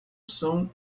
são